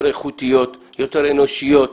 יותר איכותיות, יותר אנושיות,